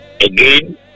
Again